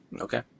Okay